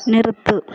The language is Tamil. நிறுத்து